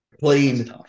playing